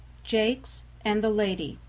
jakes and the lady